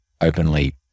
openly